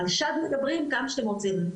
על שד מדברים כמה שאתם רוצים,